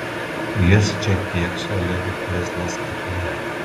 jis čia kėkso lyg krislas akyje